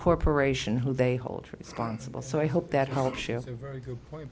corporation who they hold responsible so i hope that helps you a very good point